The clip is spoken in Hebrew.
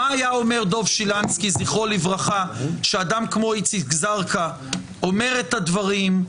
מה היה אומר דב שילנסקי זכרו לברכה שאדם כמו איציק זרקא אומר את הדברים,